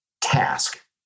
task